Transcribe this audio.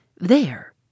there